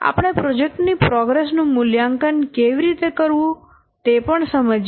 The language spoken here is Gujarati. આપણે પ્રોજેક્ટ ની પ્રોગ્રેસ નું મૂલ્યાંકન કેવી રીતે કરવું તે પણ સમજ્યા